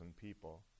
people